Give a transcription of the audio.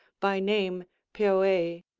by name peuee,